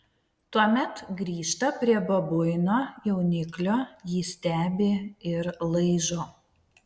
tuomet grįžta prie babuino jauniklio jį stebi ir laižo